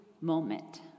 moment